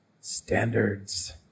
standards